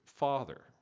Father